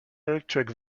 electric